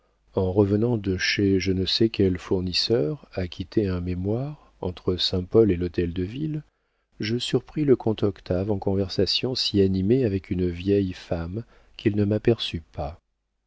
en revenant de chez je ne sais quel fournisseur acquitter un mémoire entre saint-paul et l'hôtel-de-ville je surpris le comte octave en conversation si animée avec une vieille femme qu'il ne m'aperçut pas